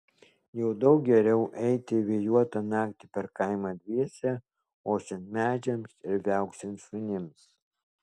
jau daug geriau eiti vėjuotą naktį per kaimą dviese ošiant medžiams ir viauksint šunims